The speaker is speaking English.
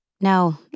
No